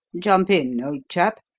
jump in, old chap!